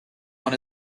one